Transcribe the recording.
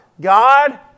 God